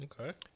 Okay